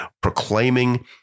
proclaiming